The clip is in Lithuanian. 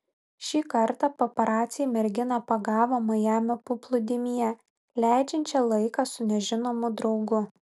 šį kartą paparaciai merginą pagavo majamio paplūdimyje leidžiančią laiką su nežinomu draugu